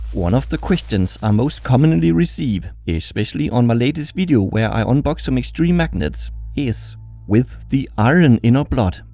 one of the questions, i most commonly receive especially on my latest video where i unbox some extreme magnets is with the iron in our blood,